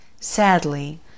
Sadly